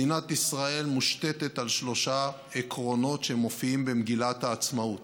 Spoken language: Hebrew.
מדינת ישראל מושתת על שלושה עקרונות שמופיעים במגילת העצמאות: